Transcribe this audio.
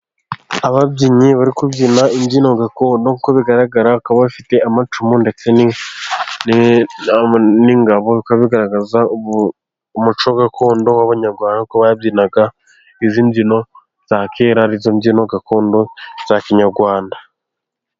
Ababyinnyi bari kubyina imbyino gakondo, nk'uko bigaragara bakaba bafite amacumu, ndetse n'ingabo, bikaba bigaragaza umuco gakondo w'abanyarwanda, kuko babyinaga izi mbyino za kera, arizo mbyino gakondo za kinyarwanda.